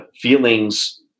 feelings